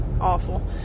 awful